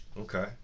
Okay